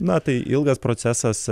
na tai ilgas procesas